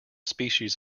species